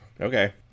Okay